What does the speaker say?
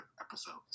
episodes